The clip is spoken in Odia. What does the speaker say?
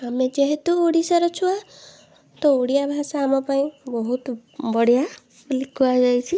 ଆମେ ଯେହେତୁ ଓଡ଼ିଶାର ଛୁଆ ତ ଓଡ଼ିଆଭାଷା ଆମ ପାଇଁ ବହୁତ ବଢ଼ିଆ ବୋଲି କୁହାଯାଇଛି